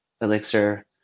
elixir